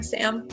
Sam